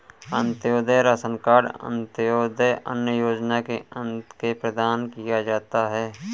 Antyodaya ration card Antyodaya अन्न योजना के अंतर्गत प्रदान किया जाता है